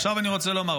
עכשיו אני רוצה לומר,